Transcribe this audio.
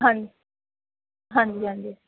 ਹਾਂਜੀ ਹਾਂਜੀ ਹਾਂਜੀ